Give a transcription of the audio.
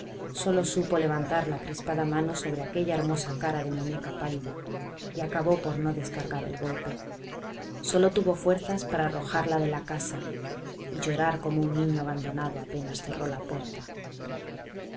sólo supo levantar la crispada mano sobre aquella hermosa cara de muñeca pálida y acabó por no descargar el golpe sólo tuvo fuerzas para arrojarla de la casa y llorar como un niño abandonado apenas cerró la puerta